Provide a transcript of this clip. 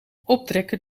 optrekken